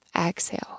Exhale